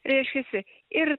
reiškiasi ir